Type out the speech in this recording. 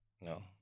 No